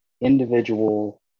individual